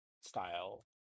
style